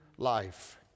life